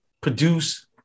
produce